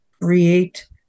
create